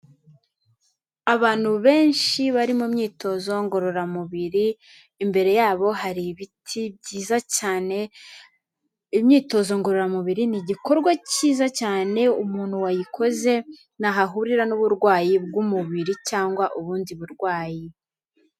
Abantu benshi bari mu myitozo ngororamubiri, imbere yabo hari ibiti byiza cyane. Imyitozo ngororamubiri ni igikorwa cyiza cyane umuntu wayikoze ntaho ahurira n'uburwayi bw'umubiri cyangwa ubundi burwayi.